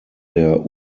der